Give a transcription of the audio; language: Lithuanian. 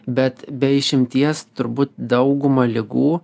bet be išimties turbūt daugumą ligų